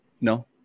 no